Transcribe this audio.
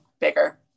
bigger